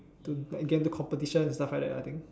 to like into competition and stuff like that lah I think